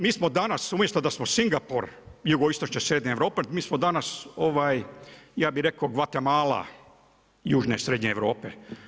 Mi smo danas umjesto da smo Singapur, jugoistočne, srednje Europe, mi smo danas, ja bi rekao Gvatemala južne srednje Europe.